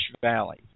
Valley